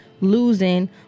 Losing